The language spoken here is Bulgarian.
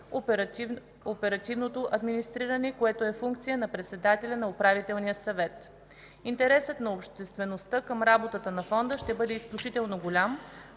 оперативното администриране, което е функция на председателя на управителния съвет. Интересът на обществеността към работата на Фонда ще бъде изключително голям,